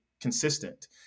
consistent